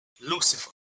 Lucifer